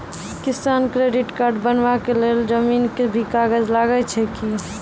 किसान credit card बनबा के लेल जमीन के भी कागज लागै छै कि?